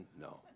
no